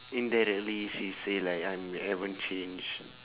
indirectly she said like I haven't change